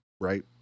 right